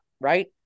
right